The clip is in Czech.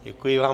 Děkuji vám.